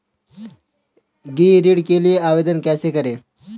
गृह ऋण के लिए आवेदन कैसे करें?